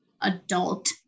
adult